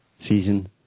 season